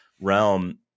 realm